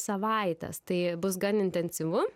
savaites tai bus gan intensyvu